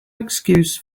excuse